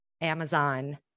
Amazon